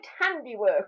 handiwork